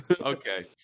okay